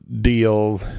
deal